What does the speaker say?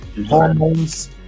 hormones